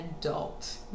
adult